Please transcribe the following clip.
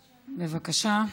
בבקשה.